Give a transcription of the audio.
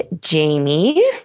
Jamie